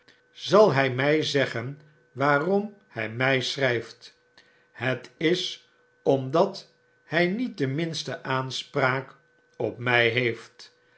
zal hij mjj zeggen waarom hy mij schrjjft het is omdat hjj niet de minste aanspraak op mij heeft